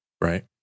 Right